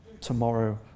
tomorrow